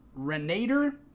Renator